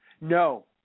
No